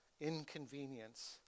inconvenience